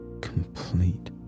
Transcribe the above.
complete